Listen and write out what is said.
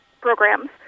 programs